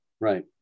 right